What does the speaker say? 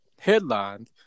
headlines